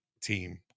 team